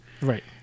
Right